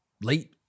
late